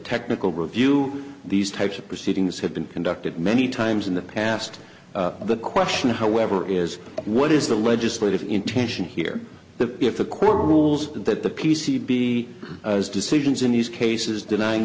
technical review these types of proceedings have been conducted many times in the past the question however is what is the legislative intention here the if a court rules that the p c be decisions in these cases denying